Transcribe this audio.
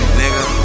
nigga